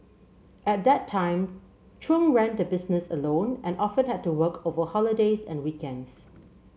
at that time Chung ran the business alone and often had to work over holidays and weekends